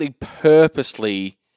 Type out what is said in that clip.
purposely